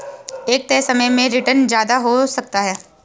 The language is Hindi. एक तय समय में रीटर्न ज्यादा हो सकता है